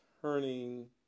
turning